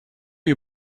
you